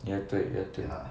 也对也对